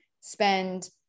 spend